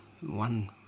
One